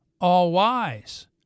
all-wise